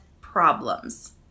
problems